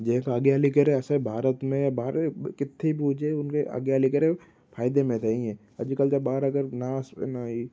जंहिंखां अॻियां हली करे असां भारत में या ॿार किथे बि हुजे उन में अॻियां हली करे फ़ाइदे में रहे ईअं अॼुकल्ह जा ॿार अगरि नास आहिनि